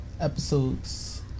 episodes